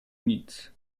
nic